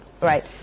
Right